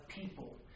people